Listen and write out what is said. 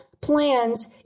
plans